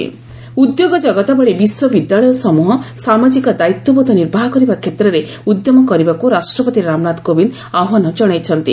president Sikkim ଉଦ୍ୟୋଗ ଜଗତ ଭଳି ବିଶ୍ୱବିଦ୍ୟାଳୟସମ୍ବହ ସାମାଜିକ ଦାୟିତ୍ୱବୋଧ ନିର୍ବାହ କରିବା କ୍ଷେତ୍ରରେ ଉଦ୍ୟମ କରିବାକୁ ରାଷ୍ଟ୍ରପତି ରାମନାଥ କୋବିନ୍ଦ ଆହ୍ୱାନ ଜଣାଇଛନ୍ତି